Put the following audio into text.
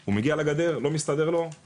הוא מגיע לגדר ונניח לא מסתדר לו,